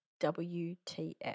WTF